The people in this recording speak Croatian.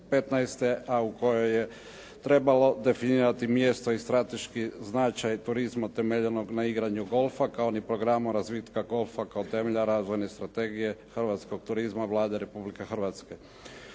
a u kojoj je trebalo definirati mjesto i strateški značaj turizma temeljenog na igranju golfa, kao ni programu razvitka golfa kao temelja razvojne strategije hrvatskog turizma Vlade Republike Hrvatske.